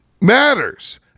matters